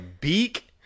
beak